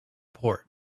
port